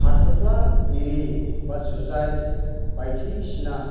हाथ'फ्ला आरि बा जुजाय बायदिसिना